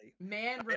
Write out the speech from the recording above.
man